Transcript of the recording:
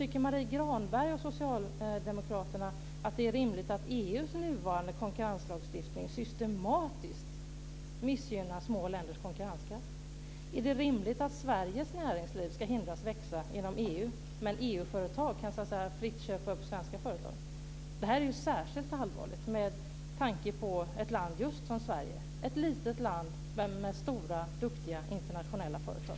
Tycker Marie Granlund och socialdemokraterna att det är rimligt att EU:s nuvarande konkurrenslagstiftning systematiskt missgynnar små länders konkurrenskraft? Är det rimligt att Sveriges näringsliv ska hindras från att växa inom EU men att EU-företag fritt ska kunna köpa upp svenska företag? Det är särskilt allvarligt med tanke på ett land just som Sverige, ett litet land med stora duktiga internationella företag.